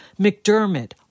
McDermott